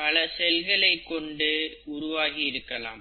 பல செல்களை கொண்டு உருவாகி இருக்கலாம்